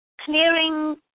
clearing